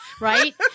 right